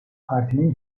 partinin